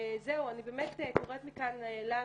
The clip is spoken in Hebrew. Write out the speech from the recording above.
זהו, אני באמת קוראת מכאן לנו,